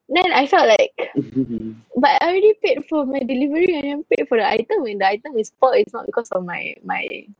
then I felt like but I already paid for my delivery and I paid for the item when the item is spoilt it's not because of my my